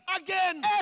again